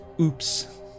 oops